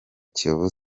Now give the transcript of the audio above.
kiyovu